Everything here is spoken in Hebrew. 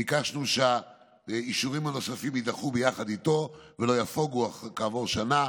ביקשנו שהאישורים הנוספים יידחו ביחד איתו ולא יפוגו כעבור שנה.